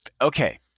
okay